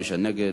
מי שנגד,